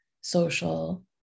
social